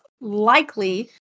likely